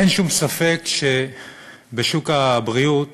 אין שום ספק שבשוק הבריאות